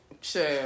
Sure